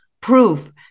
proof